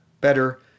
Better